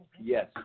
Yes